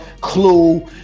Clue